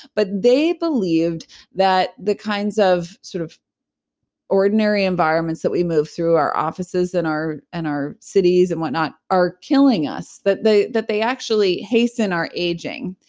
but they believed that the kinds of sort of ordinary environments that we move through our offices and our and our cities and whatnot, are killing us. that they that they actually hasten our aging,